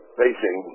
facing